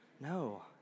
No